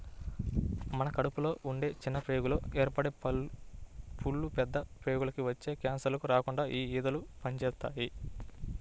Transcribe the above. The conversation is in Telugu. మన కడుపులో ఉండే చిన్న ప్రేగుల్లో ఏర్పడే పుళ్ళు, పెద్ద ప్రేగులకి వచ్చే కాన్సర్లు రాకుండా యీ ఊదలు పనిజేత్తాయి